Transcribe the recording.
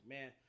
Man